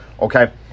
Okay